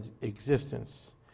existence